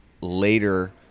later